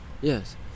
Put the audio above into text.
Yes